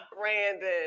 Brandon